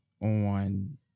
on